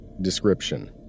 Description